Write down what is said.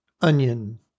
onion